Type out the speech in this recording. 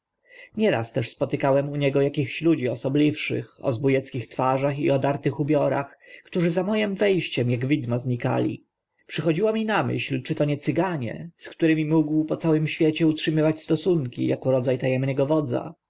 nieraz też spotykałem u niego akichś ludzi osobliwszych o zbó eckich twarzach i odartych ubiorach którzy za moim we ściem ak widma znikali przychodziło mi na myśl czy to nie cyganie z którymi mógł po całym świecie utrzymywać stosunki ako rodza ta emnego wodza